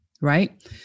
right